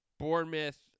Bournemouth